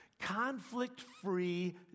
conflict-free